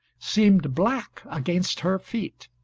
seemed black against her feet,